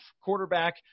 quarterback